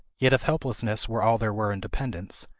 yet if helplessness were all there were in dependence,